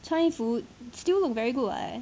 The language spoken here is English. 穿衣服 still look very good [what]